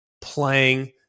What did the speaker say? playing